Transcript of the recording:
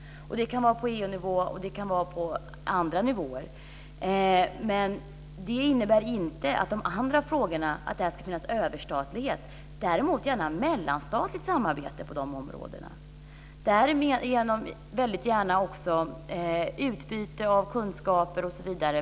Det kan gälla på EU-nivå och på andra nivåer, men det innebär inte att det bör finnas en överstatlighet i de andra frågorna. Däremot kan det gärna förekomma ett mellanstatligt samarbete på dessa områden och väldigt gärna också ett utbyte av kunskaper osv.